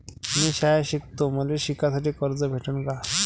मी शाळा शिकतो, मले शिकासाठी कर्ज भेटन का?